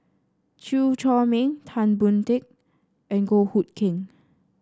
Chew Chor Meng Tan Boon Teik and Goh Hood Keng